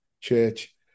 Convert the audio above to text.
church